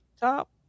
top